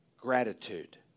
gratitude